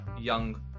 young